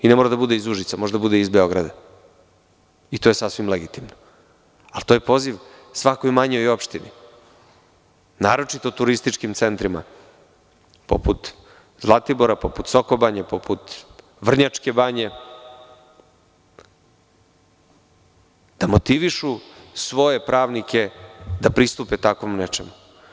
Ne mora da bude iz Užica, može da bude iz Beograd i to je sasvim legitimno, ali to je poziv svakoj manjoj opštini, naročito turističkim centrima poput Zlatibora, poput Soko banje, poput Vrnjačke banje, da motivišu svoje pravnike da pristupe tako nečemu.